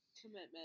Commitment